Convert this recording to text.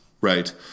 right